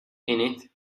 innit